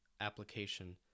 application